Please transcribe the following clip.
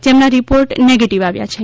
જેમના report negative આવ્યા છે